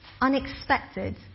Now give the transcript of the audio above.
Unexpected